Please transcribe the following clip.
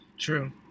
True